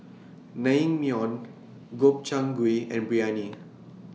Naengmyeon Gobchang Gui and Biryani